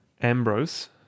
Ambrose